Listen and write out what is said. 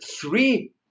three